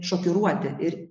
šokiruoti ir